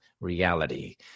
reality